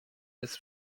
jest